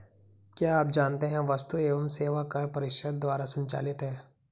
क्या आप जानते है वस्तु एवं सेवा कर परिषद द्वारा संचालित है?